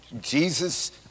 Jesus